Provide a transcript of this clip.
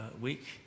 week